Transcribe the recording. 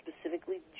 specifically